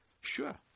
Sure